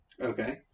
Okay